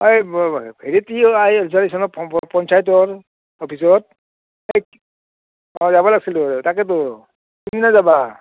এই পঞ্চায়তৰ অফিচত অ' যাব লাগিছিল তো তাকেতো কোনদিনা যাবা